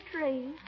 tree